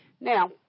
Now